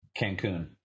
Cancun